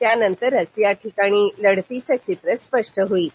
त्यानंतरच या ठिकाणी लढतीचं चित्र स्पष्ट होईल